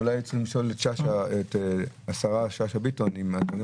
אולי צריך לשאול את השרה שאשא-ביטון אם הדברים